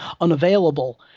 unavailable